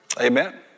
Amen